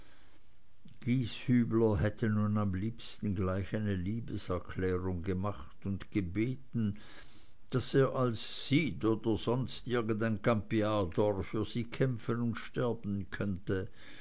gieshübler hätte nun am liebsten gleich eine liebeserklärung gemacht und gebeten daß er als cid oder irgend sonst ein campeador für sie kämpfen und sterben könne